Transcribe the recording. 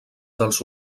dels